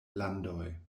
landoj